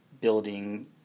building